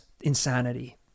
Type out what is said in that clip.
insanity